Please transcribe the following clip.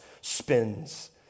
spins